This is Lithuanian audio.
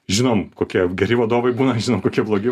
žinom kokie geri vadovai būna žinom kokie blogi